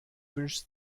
wünscht